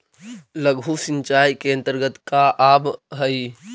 लघु सिंचाई के अंतर्गत का आव हइ?